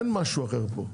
אין משהו אחר פה.